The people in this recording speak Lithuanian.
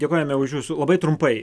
dėkojame už jūsų labai trumpai